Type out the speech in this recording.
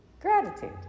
gratitude